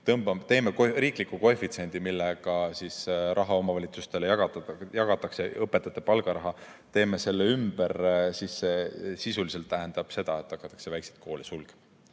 kehtestame riikliku koefitsiendi, mille alusel raha omavalitsustele jagatakse, õpetajate palgaraha, teeme selle kõik ümber – see sisuliselt tähendab seda, et hakatakse väikseid koole sulgema.